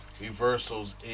reversals